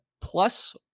plus